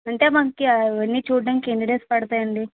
అంటే మనకి అవన్నీ చూడడానికి ఎన్ని డేస్ పడుతాయి అండి